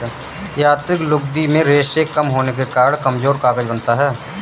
यांत्रिक लुगदी में रेशें कम होने के कारण कमजोर कागज बनता है